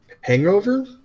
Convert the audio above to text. Hangover